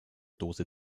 dose